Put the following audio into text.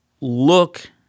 look